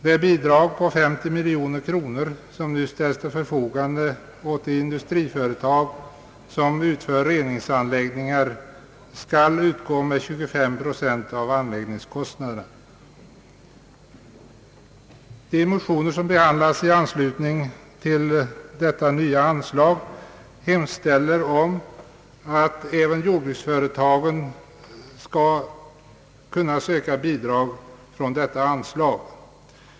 Det bidrag på 50 miljoner kronor som nu ställts till förfogande åt de industriföretag som utför reningsanläggningar skall utgå med 25 procent av anläggningskostnaderna. De motioner som behandlats i anslutning till detta nya anslag hemställer om att även jordbruksföretagen skall kunna söka bidrag från detta anslag.